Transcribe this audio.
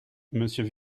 monsieur